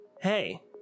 hey